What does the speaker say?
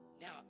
Now